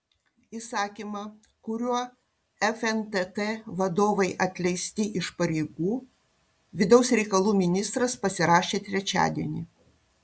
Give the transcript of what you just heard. įsakymą kuriuo fntt vadovai atleisti iš pareigų vidaus reikalų ministras pasirašė trečiadienį